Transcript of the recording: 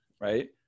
right